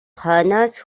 хойноос